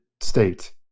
state